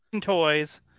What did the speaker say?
toys